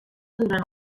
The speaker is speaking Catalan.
durant